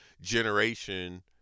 generation